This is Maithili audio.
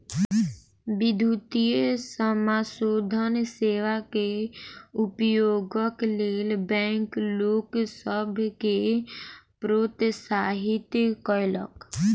विद्युतीय समाशोधन सेवा के उपयोगक लेल बैंक लोक सभ के प्रोत्साहित कयलक